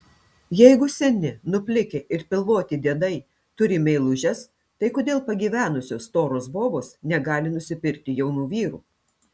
jeigu seni nuplikę ir pilvoti diedai turi meilužes tai kodėl pagyvenusios storos bobos negali nusipirkti jaunų vyrų